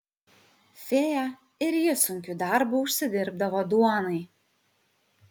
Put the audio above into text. fėja ir ji sunkiu darbu užsidirbdavo duonai